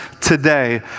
today